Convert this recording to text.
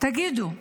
תגידו,